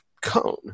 cone